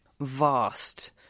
vast